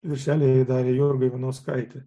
viršelį darė jurga ivanauskaitė